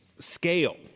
scale